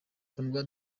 kundwa